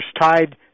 tied